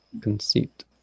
Conceit